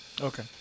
Okay